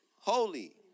holy